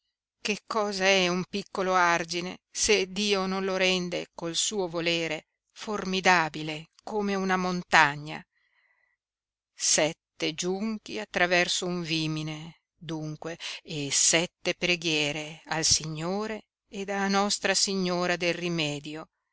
che cosa è un piccolo argine se dio non lo rende col suo volere formidabile come una montagna sette giunchi attraverso un vimine dunque e sette preghiere al signore ed a nostra signora del rimedio